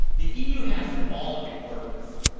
the eu has symbolic importance.